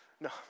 No